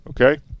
okay